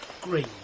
Green